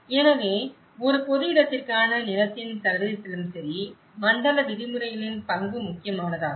எனவே ஒரு பொது இடத்திற்கான நிலத்தின் சதவீதத்திலும் சரி மண்டல விதிமுறைகளின் பங்கு முக்கியமானதாகும்